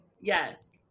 Yes